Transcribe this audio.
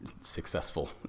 Successful